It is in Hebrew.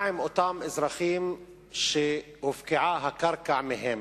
מה עם אותם אזרחים שהופקעה הקרקע מהם,